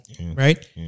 right